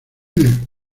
bien